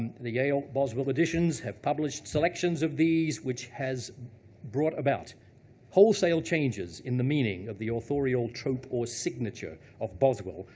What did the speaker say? um the yale boswell editions have published selections of these which has brought about wholesale changes in the meaning of the authorial trope, or signature, of boswell,